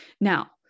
now